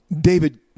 David